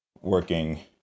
working